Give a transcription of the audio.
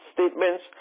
statements